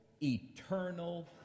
eternal